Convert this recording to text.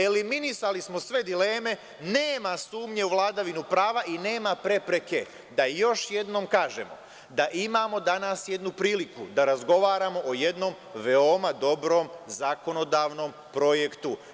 Eliminisali smo sve dileme, nema sumnje u vladavinu prava i nema prepreke, da još jednom kažem – da imamo danas jednu priliku da razgovaramo o jednom veoma dobrom zakonodavnom projektu.